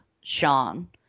Sean